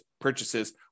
purchases